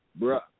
bruh